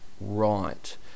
right